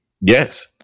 yes